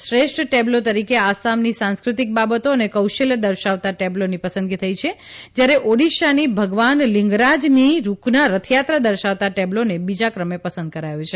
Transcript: શ્રેષ્ઠ ટેબ્લો તરીકે આસામની સાંસ્ક્રતિક બાબતો અને કૌશલ્ય દર્શાવતા ટેબ્લોની પસંદગી થઇ છે જયારે ઓડીશાની ભગવાન લિંગરાજની રૂકૂના રથયાત્રા દર્શાવતા ટેબ્લોને બીજા ક્રમે પસંદ કરાયો છે